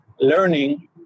learning